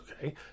Okay